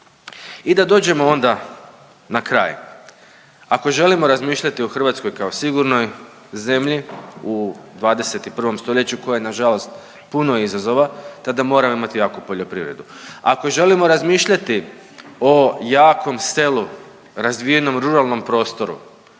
I da dođemo onda na kraj. Ako želimo razmišljati o Hrvatskoj kao sigurnoj zemlji u 21. stoljeću koja je na žalost puno izazova tada moramo imati jaku poljoprivredu. Ako želimo razmišljati o jakom selu, razvijenom ruralnom prostoru